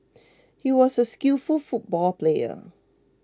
he was a skillful football player